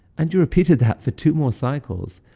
and you repeated that for two more cycles,